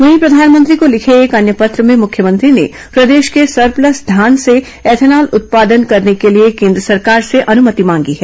वहीं प्रधानमंत्री को लिखे एक अन्य पत्र में मुख्यमंत्री ने प्रदेश के सरप्लस धान से एथेनाल उत्पादन करने के लिए केन्द्र सरकार से अनुमति मांगी है